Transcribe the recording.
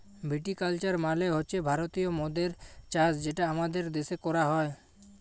ভিটি culture মালে হছে ভারতীয় মদের চাষ যেটা আমাদের দ্যাশে ক্যরা হ্যয়